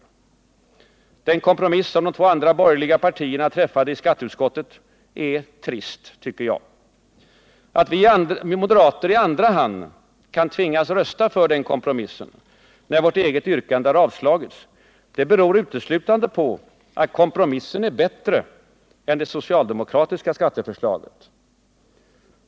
Nr 54 Den kompromiss som de två andra borgerliga partierna träffade i skatteutskottet är trist, tycker jag. Att vi moderater i andra hand kan tvingas rösta för den kompromissen, när vårt eget yrkande har avslagits, beror uteslutande på att kompromissen är bättre än det socialdemokratiska skatteförslaget.